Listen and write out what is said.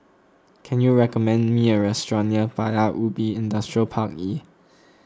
can you recommend me a restaurant near Paya Ubi Industrial Park E